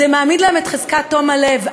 זה מעמיד להם את חזקת תום הלב.